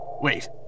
Wait